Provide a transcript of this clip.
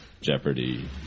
jeopardy